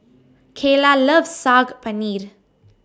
Kaylah loves Saag Paneer